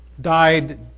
died